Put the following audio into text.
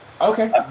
Okay